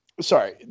sorry